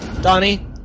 Donnie